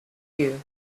you